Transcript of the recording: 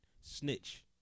snitch